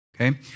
okay